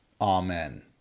Amen